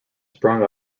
sprung